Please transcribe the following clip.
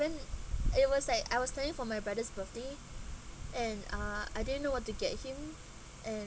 then it was like I was planning for my brother's birthday and uh I didn't know what to get him and